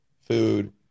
food